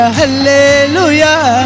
hallelujah